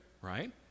right